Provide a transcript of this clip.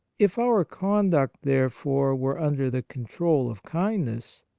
if our con duct, therefore, were under the control of kindness,